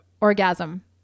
orgasm